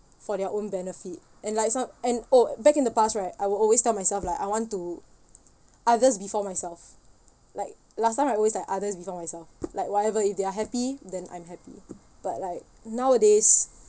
for their own benefit and like some and oh back in the past right I will always tell myself like I want to others before myself like last time I always like others before myself like whatever if they're happy then I'm happy but like nowadays